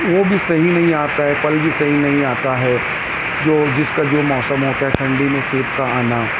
وہ بھی صحیح نہیں آتا ہے پھل بھی سہی نہیں آتا ہے جو جس کا جو موسم ہوتا ہے ٹھنڈی میں سیب کا آنا